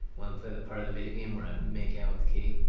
want to play the part of the videogame where i'm making out with ki?